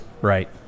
Right